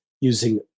using